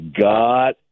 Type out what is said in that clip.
God